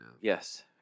Yes